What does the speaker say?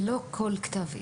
ולא כל כתב אישום,